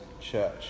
church